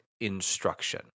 instruction